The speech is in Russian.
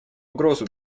угрозу